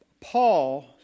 Paul